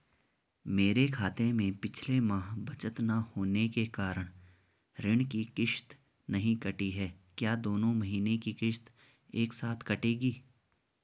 मेरे खाते में पिछले माह बचत न होने के कारण ऋण की किश्त नहीं कटी है क्या दोनों महीने की किश्त एक साथ कटेगी?